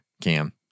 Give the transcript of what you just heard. Cam